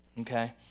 okay